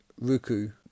Ruku